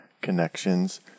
connections